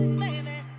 baby